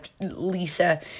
Lisa